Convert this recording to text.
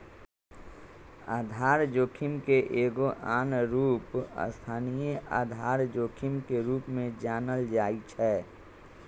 आधार जोखिम के एगो आन रूप स्थानीय आधार जोखिम के रूप में जानल जाइ छै